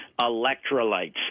electrolytes